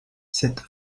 cette